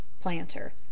Planter